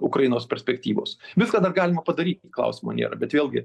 ukrainos perspektyvos viską dar galima padaryt klausimo nėra bet vėlgi